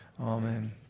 Amen